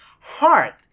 heart